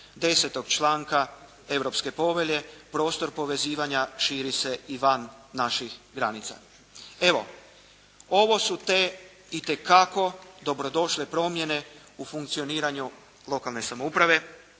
10. članka Europske povelje prostor povezivanja širi se i van naših granica. Evo, ovo su te itekako dobro došle promjene u funkcioniranju lokalne samouprave